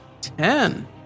Ten